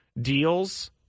deals